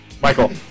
Michael